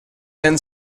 then